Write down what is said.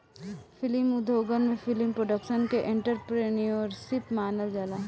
film उद्योगन में film production के एंटरप्रेन्योरशिप मानल जाला